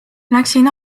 läksin